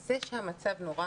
זה שהמצב נורא